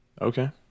Okay